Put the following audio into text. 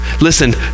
listen